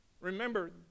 Remember